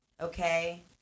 Okay